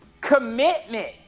commitment